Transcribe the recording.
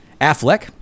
Affleck